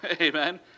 amen